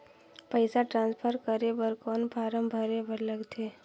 पईसा ट्रांसफर करे बर कौन फारम भरे बर लगथे?